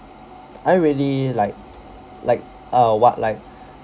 I really like like uh what like